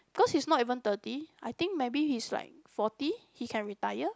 because he's not even thirty I think maybe he's like forty he can retire